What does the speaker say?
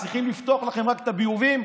צריכים רק לפתוח לכם את הביובים,